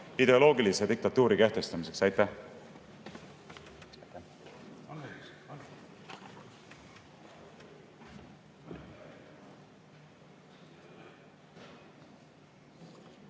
ideoloogilise diktatuuri kehtestamiseks. Aitäh!